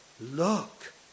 look